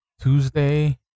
Tuesday